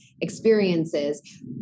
experiences